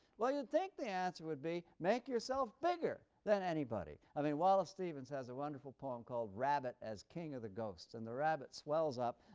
well, you'd think the answer would be make yourself bigger than anybody. i mean wallace stevens has a wonderful poem called rabbit as king of the ghosts, and the rabbit swells up